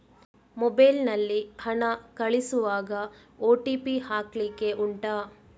mobile ನಲ್ಲಿ ಹಣ ಕಳಿಸುವಾಗ ಓ.ಟಿ.ಪಿ ಹಾಕ್ಲಿಕ್ಕೆ ಉಂಟಾ